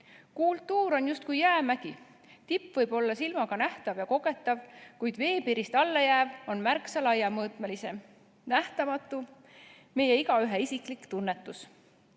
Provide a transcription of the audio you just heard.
Kultuur on justkui jäämägi: tipp võib olla silmaga nähtav ja kogetav, kuid veepiirist allapoole jääv on märksa laiemate mõõtmetega, nähtamatu, meie igaühe isiklik tunnetus.